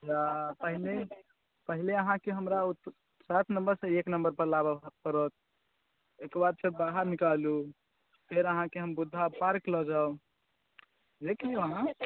या पहिले पहिले अहाँके हमरा ओ सात नंबर से एक नंबर पर लाबऽ पड़त एकर बाद फेर बाहर निकालू फेर अहाँकेँ हम बुद्धा पार्क लऽ जाउ देखि लियौ अहाँ